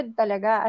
talaga